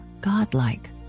godlike